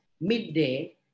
midday